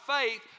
faith